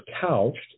couched